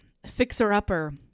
fixer-upper